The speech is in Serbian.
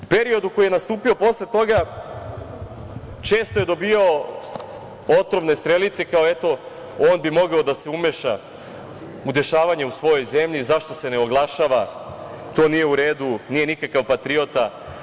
U periodu koji je nastupio posle toga često je dobijao otrovne strelice, kao – eto, on bi mogao da se umeša u dešavanja u svojoj zemlji, zašto se ne oglašava, to nije u redu, nije nikakav patriota.